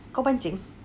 kau pancing